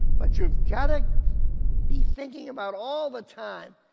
but you've got to be thinking about all the time,